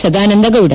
Sadananda Gowda